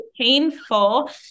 painful